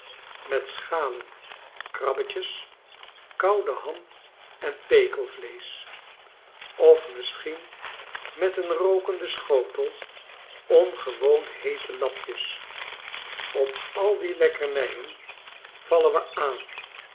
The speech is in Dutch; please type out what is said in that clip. met schalen krabbetjes koude ham en pekelvleesch of misschien met een rookenden schotel ongewoon heete lapjes op al die lekkernijen vallen we aan